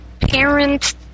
parents